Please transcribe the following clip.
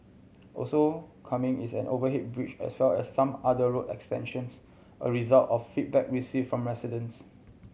also coming is an overhead bridge as well as some other road extensions a result of feedback received from residents